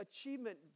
achievement